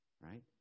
right